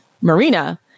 Marina